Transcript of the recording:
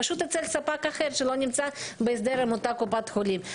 פשוט אצל ספק אחר שלא נמצא בהסדר עם אותה קופת חולים.